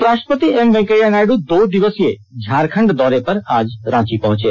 उपराष्ट्रपति एम वैंकेया नायडू दो दिवसीय दौरे पर आज रांची पहुंचे